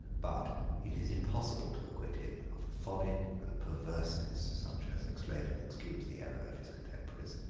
but it is impossible to acquit him of folly and perverseness such as explain and excuse the error of his contemporaries.